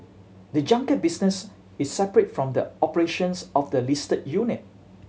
the junket business is separate from the operations of the listed unit